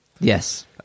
Yes